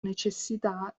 necessità